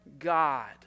god